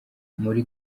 muri